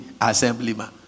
assemblyman